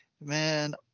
man